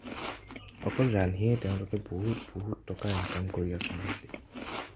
অকল ৰান্ধিয়েই তেওঁলোকে বহুত বহুত টকাৰ ইনকম কৰি আছে মাণ্ঠলী